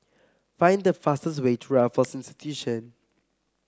find the fastest way to Raffles Institution